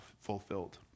fulfilled